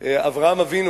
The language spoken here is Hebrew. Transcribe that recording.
אברהם אבינו